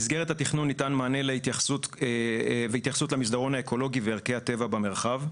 במסגרת התכנון ניתן מענה והתייחסות למסדרון האקולוגי וערכי הטבע במרחב.